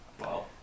Wow